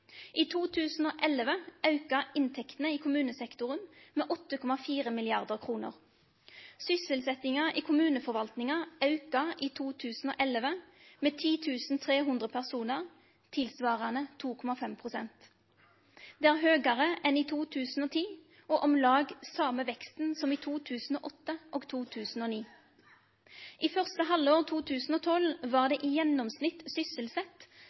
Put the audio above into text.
i 2012-kroner. I 2011 auka inntektene i kommunesektoren med 8,4 mrd. kroner. Sysselsetjinga i kommuneforvaltninga auka i 2011 med 10 300 personar, tilsvarande 2,5 pst. Det er høgare enn i 2010 og om lag same veksten som i 2008 og 2009. I første halvår 2012 var det i gjennomsnitt sysselsett